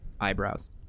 eyebrows